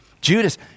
Judas